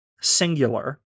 singular